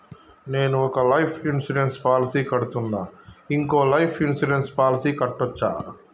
నేను ఒక life insurance policy కడ్తున్నా, ఇంకో లైఫ్ ఇన్సూరెన్స్ పాలసీ కట్టొచ్చా?